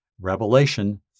Revelation